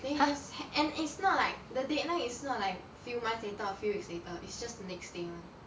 and it's not like the deadline is not like few months later a few weeks later it's just the next day [one]